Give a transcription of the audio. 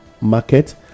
market